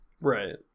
right